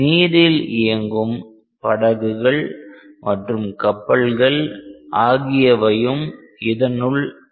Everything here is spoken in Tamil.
நீரில் இயங்கும் படகுகள் மற்றும் கப்பல்கள் ஆகியவையும் இதனுள் அடக்கம்